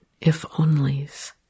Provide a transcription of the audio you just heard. if-onlys